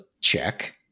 check